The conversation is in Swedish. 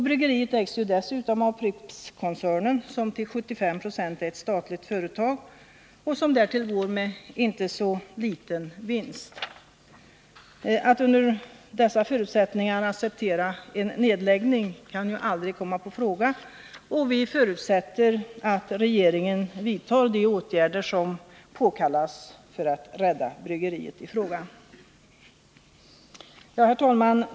Bryggeriet ägs ju dessutom av Prippskoncernen, som till 75 96 är ett statligt företag och som därtill går med en inte så liten vinst. Att under dessa förutsättningar acceptera en nedläggning kan aldrig komma på fråga, och vi förutsätter att regeringen vidtar de åtgärder som påkallas för att rädda bryggeriet. Herr talman!